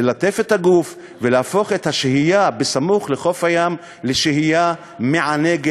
ללטף את הגוף ולהפוך את השהייה סמוך לחוף הים לשהייה מענגת,